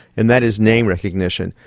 and that is name recognition.